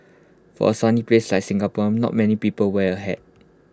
for A sunny place like Singapore not many people wear A hat